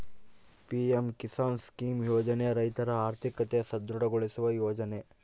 PM Kisan scheme ಯೋಜನೆ ರೈತರ ಆರ್ಥಿಕತೆ ಸದೃಢ ಗೊಳಿಸುವ ಯೋಜನೆ